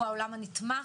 הוא העולם הנתמך,